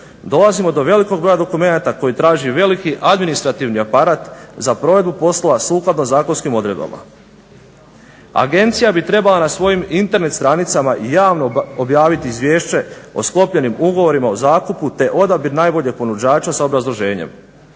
Dolazimo do velikog broja dokumenata koji traži veliki administrativni aparat za provedbu poslova sukladno zakonskim odredbama. Agencija bi trebala na svojim internet stranicama javno objavit izvješće o sklopljenim ugovorima o zakupu te odabir najboljeg ponuđača sa obrazloženjem: